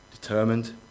Determined